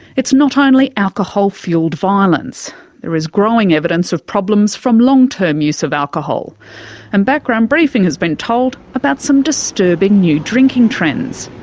it's not only alcohol-fuelled violence there is growing evidence of problems from long-term use of alcohol and background briefing has been told about some disturbing new drinking trends.